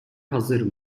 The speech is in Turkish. hazır